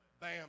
Bam